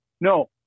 No